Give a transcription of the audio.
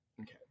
Okay